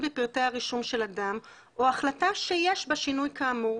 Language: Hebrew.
בפרטי הרישום של אדם או החלטה שיש בה שינוי כאמור,